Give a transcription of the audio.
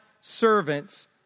servants